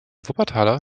wuppertaler